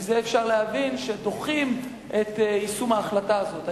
מזה אפשר להבין שדוחים את יישום ההחלטה הזאת.